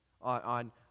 On